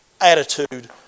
attitude